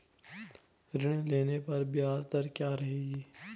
ऋण लेने पर ब्याज दर क्या रहेगी?